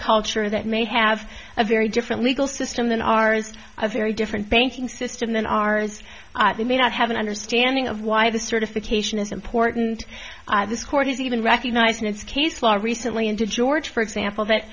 culture that may have a very different legal system than ours a very different banking system than ours we may not have an understanding of why the certification is important this court is even recognizing its case law recently and to george for example that